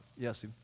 Yes